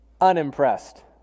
unimpressed